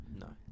No